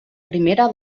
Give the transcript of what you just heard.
primera